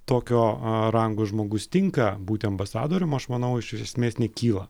tokio rango žmogus tinka būti ambasadorium aš manau iš esmės nekyla